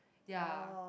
ya